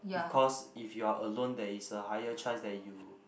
because if you are alone there is a higher chance that you